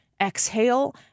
exhale